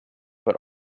but